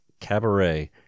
Cabaret